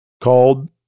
called